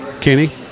Kenny